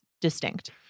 distinct